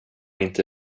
inte